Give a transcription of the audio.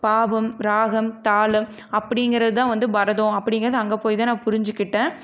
பாவம் ராகம் தாளம் அப்படிங்குறது தான் பரதம் அப்படிங்கறத அங்க கே போய் தான் நான் புரிஞ்சுக்கிட்டேன்